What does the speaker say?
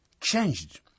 changed